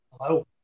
Hello